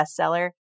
bestseller